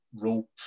Rope